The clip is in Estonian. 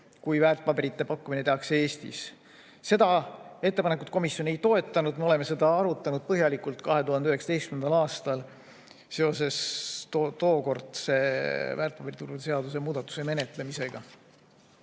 kui väärtpaberite pakkumine tehakse Eestis. Seda ettepanekut komisjon ei toetanud. Me arutasime seda põhjalikult 2019. aastal seoses tookordse väärtpaberituru seaduse muudatuse menetlemisega.